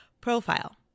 profile